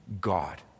God